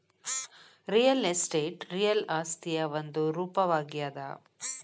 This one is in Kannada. ರಿಯಲ್ ಎಸ್ಟೇಟ್ ರಿಯಲ್ ಆಸ್ತಿಯ ಒಂದು ರೂಪವಾಗ್ಯಾದ